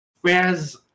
whereas